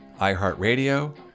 iHeartRadio